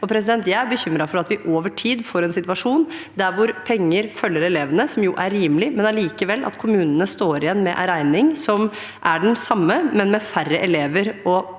25 elevene. Jeg er bekymret for at vi over tid får en situasjon der penger følger elevene, som jo er rimelig, men at kommunene likevel står igjen med en regning som er den samme, men med færre elever per